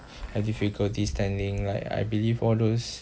have difficulty standing like I believe all those